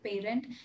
parent